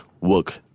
work